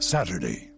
Saturday